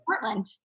Portland